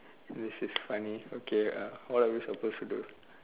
this is funny okay uh what are we supposed to do